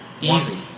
Easy